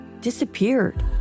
disappeared